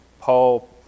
Paul